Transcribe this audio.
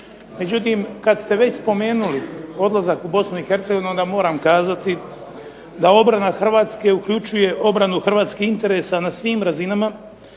Međutim, kada ste već spomenuli odlazak u Bosnu i Hercegovinu onda moram kazati da obranu Hrvatske uključuje obranu hrvatskih interesa na svim razinama